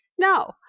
No